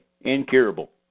Incurable